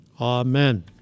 Amen